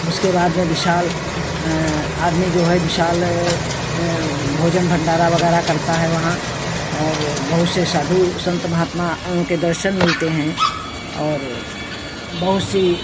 उसके बाद में विशाल आदमी जो है विशाल भोजन भंडारा वगैरह करता है वहाँ और बहुत से साधु संत महात्मा उनके दर्शन मिलते हैं और बहुत सी